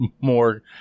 more